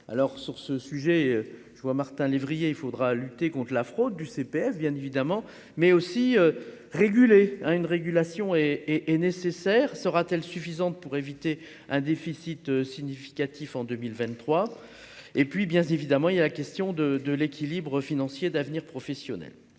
alors sur ce sujet, je vois Martin lévrier il faudra lutter contre la fraude du CPS, bien évidemment, mais aussi réguler à une régulation et et nécessaire sera-t-elle suffisante pour éviter un déficit significatif en 2023 et puis, bien évidemment, il y a la question de de l'équilibre financier d'avenir professionnel